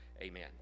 amen